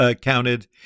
counted